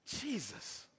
Jesus